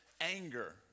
anger